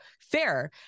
Fair